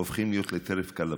הופכים להיות טרף קל לפוליטיקה.